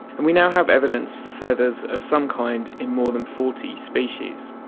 and we now have evidence for feathers of some kind in more than forty species.